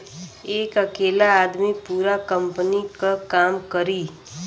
एक अकेला आदमी पूरा कंपनी क काम करी